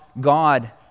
God